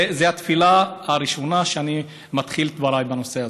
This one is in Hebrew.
זו התפילה הראשונה שבה אני מתחיל את דבריי בנושא הזה.